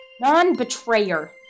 Non-betrayer